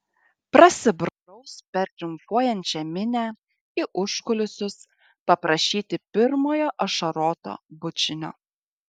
prasibraus per triumfuojančią minią į užkulisius paprašyti pirmojo ašaroto bučinio